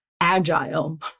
agile